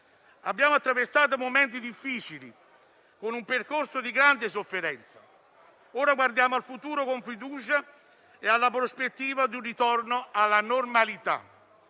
Abbiamo attraversato momenti difficili, con un percorso di grande sofferenza; ora guardiamo al futuro con fiducia e alla prospettiva di un ritorno alla normalità.